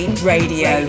Radio